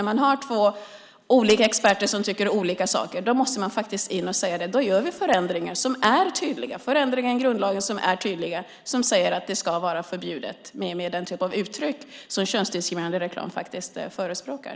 När man har två olika experter som tycker olika saker måste man faktiskt in och säga: Då gör vi förändringar i grundlagen som är tydliga och som säger att det ska vara förbjudet med den typ av uttryck som könsdiskriminerande reklam faktiskt förespråkar.